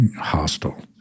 hostile